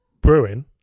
brewing